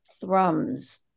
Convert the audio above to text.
thrums